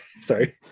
sorry